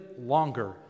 longer